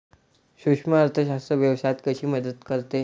सूक्ष्म अर्थशास्त्र व्यवसायात कशी मदत करते?